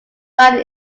found